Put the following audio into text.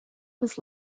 was